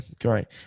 great